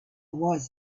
was